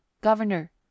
governor